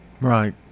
right